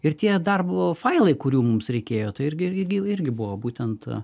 ir tie dar buvo failai kurių mums reikėjo tai irgi irgi irgi buvo būtent